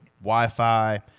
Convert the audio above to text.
Wi-Fi